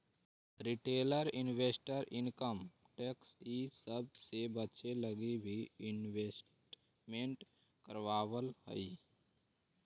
retail investor income tax इ सब से बचे लगी भी इन्वेस्टमेंट करवावऽ हई